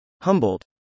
Humboldt